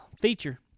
feature